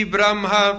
Brahma